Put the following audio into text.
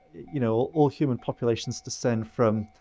you know, all human populations descend from,